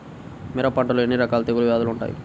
మిరప పంటలో ఎన్ని రకాల తెగులు వ్యాధులు వుంటాయి?